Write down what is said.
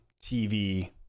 TV